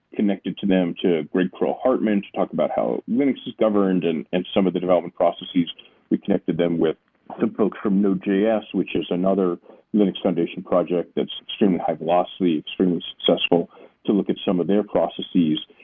connected to them to greg kroah-hartman to talk about how linux is governed and and some of the development processes we connected them with some folks from node js, which is another linux foundation project that's extremely high velocity, extremely successful to look at some of their processes.